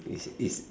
it's it's